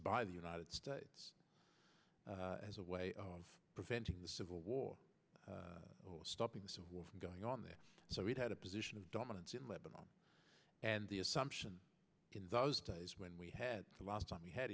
by the united states as a way of preventing the civil war or stopping some from going on there so we had a position of dominance in lebanon and the assumption in those days when we had the last time we had